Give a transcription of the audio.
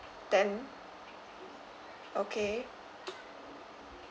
ten okay